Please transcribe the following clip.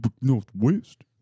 Northwest